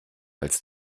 als